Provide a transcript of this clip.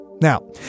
Now